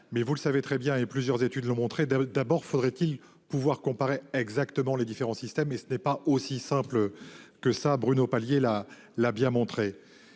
Mais vous le savez très bien et plusieurs études l'ont montré d'abord faudrait-il pouvoir comparer exactement les différents systèmes et ce n'est pas aussi simple que ça. Bruno Palier là l'a bien montré.